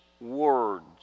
words